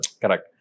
Correct